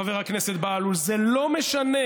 חבר הכנסת בהלול, זה לא משנה,